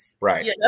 Right